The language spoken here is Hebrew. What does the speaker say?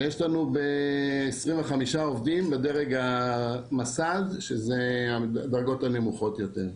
ויש לנו 25 עובדים בדרג המסד שזה הדרגות הנמוכות יותר.